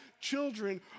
children